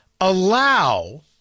allow